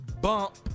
Bump